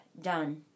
done